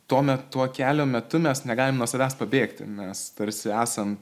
tuomet to kelio metu mes negalim nuo savęs pabėgti nes tarsi esam